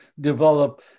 develop